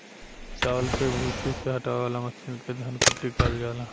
चावल के भूसी के हटावे वाला मशीन के धन कुटी कहल जाला